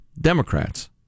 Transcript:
Democrats